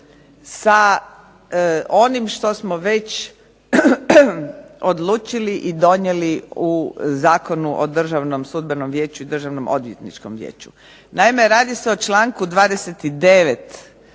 sa onim što smo već odlučili i donijeli u Zakonu o Državnom sudbenom vijeću i Državnom odvjetničkom vijeću. Naime, radi se o članku 29.